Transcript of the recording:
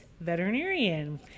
veterinarian